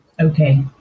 Okay